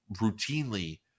routinely